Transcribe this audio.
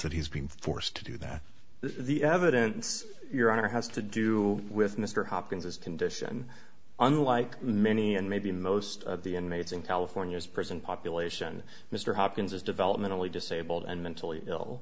that he's been forced to do that the evidence your honor has to do with mr hopkins as condition unlike many and maybe most of the inmates in california's prison population mr hopkins is developmentally disabled and mentally ill